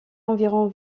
environ